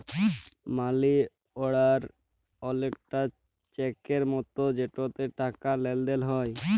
মালি order অলেকটা চ্যাকের মতো যেটতে টাকার লেলদেল হ্যয়